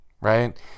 right